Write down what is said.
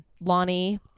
Lonnie